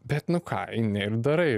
bet nu ką eini ir darai